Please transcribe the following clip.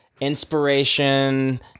inspiration